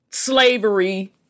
Slavery